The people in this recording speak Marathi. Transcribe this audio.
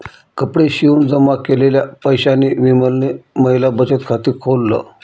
कपडे शिवून जमा केलेल्या पैशांनी विमलने महिला बचत खाते खोल्ल